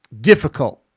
difficult